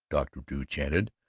dr. drew chanted,